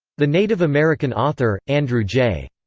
the native american author, andrew j.